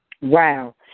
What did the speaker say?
Wow